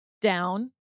down